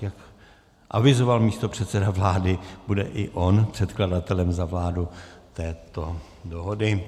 Jak avizoval místopředseda vlády, bude i on předkladatelem za vládu u této dohody.